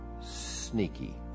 sneaky